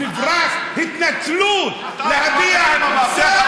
האם ראש הממשלה חשב, מברק, התנצלות, להביע צער